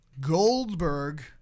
Goldberg